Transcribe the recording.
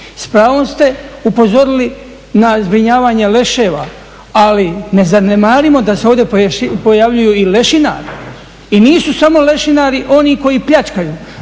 S pravom ste upozorili na zbrinjavanje leševa ali ne zanemarimo da se ovdje pojavljuju i lešinari. I nisu samo lešinari oni koji pljačkaju,